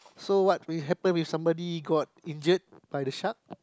so what will happen if somebody got injured by the shark